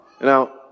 Now